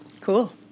Cool